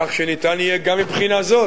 כך שניתן יהיה גם מבחינה זו